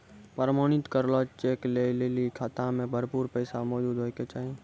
प्रमाणित करलो चेक लै लेली खाता मे भरपूर पैसा मौजूद होय के चाहि